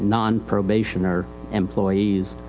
non-probationer employees.